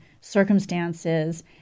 circumstances